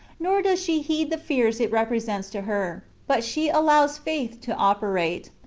nor does she heed the fears it repre sents to her but she allows faith to operate.